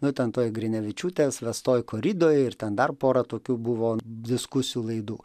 na ten toj grinevičiūtės vestoj koridoj ir ten dar porą tokių buvo diskusijų laidų